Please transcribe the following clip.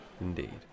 Indeed